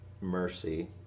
mercy